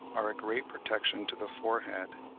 are a great protection to the forehead,